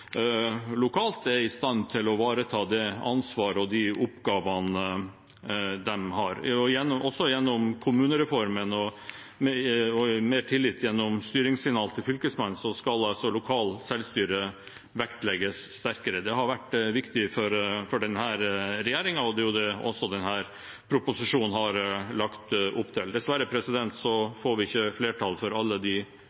lokalt er i stand til å ivareta det ansvaret og de oppgavene de har. Også gjennom kommunereformen og mer tillit gjennom styringssignal til Fylkesmannen, skal lokalt selvstyre vektlegges sterkere. Det har vært viktig for denne regjeringen, og det er også det denne proposisjonen har lagt opp til. Dessverre